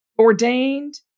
ordained